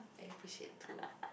I appreciate too